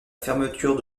fermeture